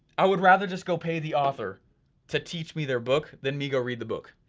i would rather just go pay the author to teach me their book, than me go read the book.